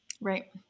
Right